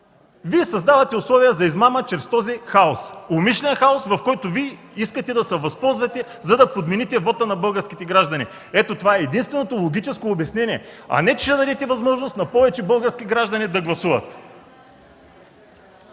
Вие създавате условия за измама чрез този хаос – умишлен хаос, от който Вие искате да се възползвате, за да подмените вота на българските граждани. Това е единственото логично обяснение, а не че ще дадете възможност на повече български граждани да гласуват.